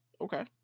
okay